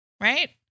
right